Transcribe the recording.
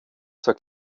zur